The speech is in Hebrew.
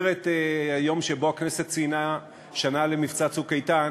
וכשיגיע השר אני אמדוד עשר דקות.